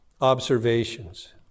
observations